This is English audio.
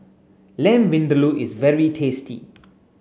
Lamb Vindaloo is very tasty